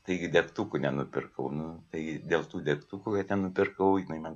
taigi degtukų nenupirkau nu tai dėl tų degtukų kad nupirkau jinai man